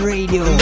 Radio